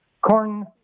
corn